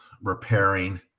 repairing